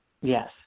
Yes